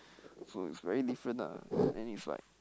so is very different lah then it's like